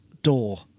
Door